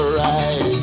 right